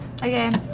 Okay